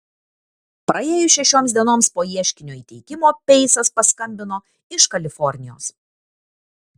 praėjus šešioms dienoms po ieškinio įteikimo peisas paskambino iš kalifornijos